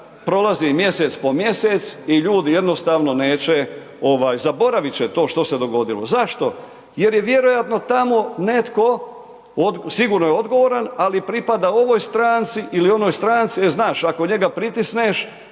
prolazi mjesec po mjesec i ljudi jednostavno neće, zaboraviti će to što se dogodilo. Zašto? Jer je vjerojatno tamo netko, sigurno je odgovoran, ali pripada ovoj stranci ili onoj stranci, e znaš ako njega pritisneš